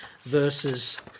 versus